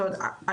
זאת אומרת,